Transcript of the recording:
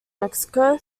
mexico